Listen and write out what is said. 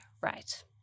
right